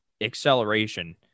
acceleration